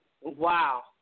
Wow